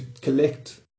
collect